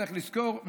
צריך לזכור,